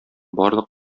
барлык